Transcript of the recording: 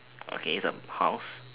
okay it's a house